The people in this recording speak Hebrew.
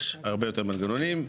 יש הרבה יותר מנגנונים.